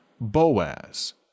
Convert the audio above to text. Boaz